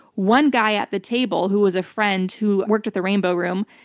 one guy at the table who was a friend who worked at the rainbow room,